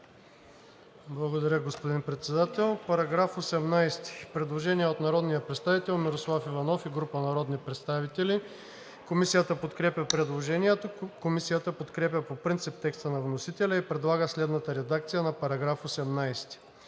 Благодаря, господин Председател. По § 18 има предложение от народния представител Мирослав Иванов и група народни представители. Комисията подкрепя предложението. Комисията подкрепя по принцип текста на вносителя и предлага следната редакция на § 18: „§ 18.